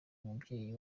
umubyeyi